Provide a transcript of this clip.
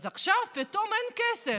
אז עכשיו פתאום אין כסף.